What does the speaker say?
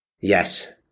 Yes